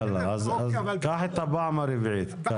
אז קח את הפעם הרביעית.